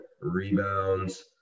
rebounds